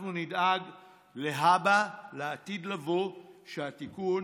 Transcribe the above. אנחנו נדאג להבא, לעתיד לבוא, שהתיקון